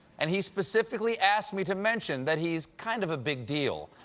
and he specifically asked me to mention that he's kind of a big deal.